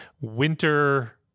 winter